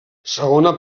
segona